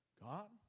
God